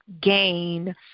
gain